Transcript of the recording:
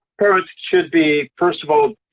parents should be, first of all,